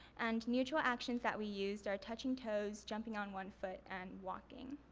and mutual actions that we used are touching toes, jumping on one foot, and walking.